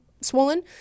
swollen